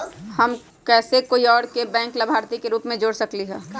हम कैसे कोई और के बैंक लाभार्थी के रूप में जोर सकली ह?